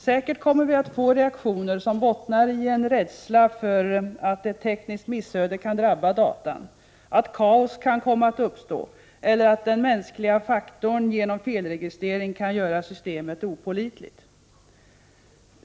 Vi kommer säkert att få reaktioner som bottnar i en rädsla för att ett tekniskt missöde kan drabba datan, att kaos kan komma att uppstå eller att den mänskliga faktorn genom felregistrering kan göra systemet opålitligt.